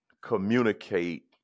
communicate